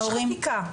יש חקיקה.